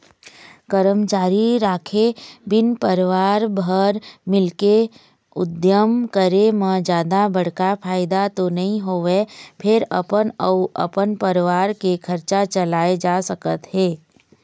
करमचारी राखे बिन परवार भर मिलके उद्यम करे म जादा बड़का फायदा तो नइ होवय फेर अपन अउ अपन परवार के खरचा चलाए जा सकत हे